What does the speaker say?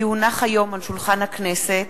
כי הונח היום על שולחן הכנסת